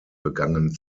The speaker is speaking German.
begangen